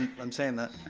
and saying that.